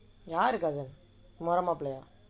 யாரு:yaaru cousin muramo